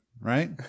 right